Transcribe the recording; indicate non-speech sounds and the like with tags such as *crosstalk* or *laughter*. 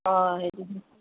অঁ হেৰি *unintelligible*